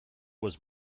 was